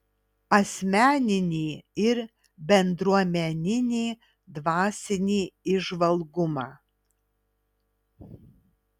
asmeninį ir bendruomeninį dvasinį įžvalgumą